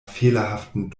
fehlerhaften